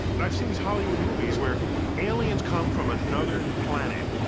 but i've seen these hollywood movies where aliens come from another planet,